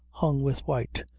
hung with white,